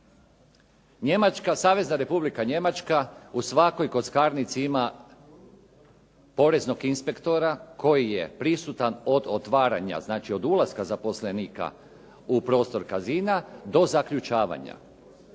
Savezna Republika Njemačka u svakoj kockarnici ima poreznog inspektora koji je prisutan od otvaranja, znači od ulaska zaposlenika u prostor cazina do zaključavanja.